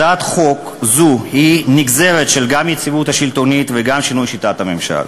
הצעת חוק זו היא נגזרת גם של היציבות השלטונית וגם של שינוי שיטת הממשל.